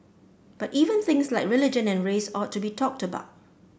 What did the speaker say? but even things like religion and race ought to be talked about